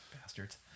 Bastards